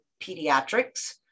pediatrics